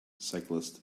cyclist